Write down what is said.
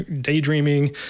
daydreaming